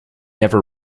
never